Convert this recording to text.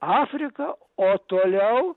afriką o toliau